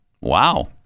Wow